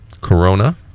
Corona